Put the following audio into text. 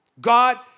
God